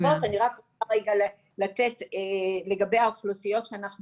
אני רק רוצה רגע לפרט לגבי האוכלוסיות שאנחנו